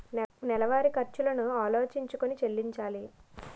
నెలవారి ఖర్చులను ఆలోచించుకొని చెల్లించాలి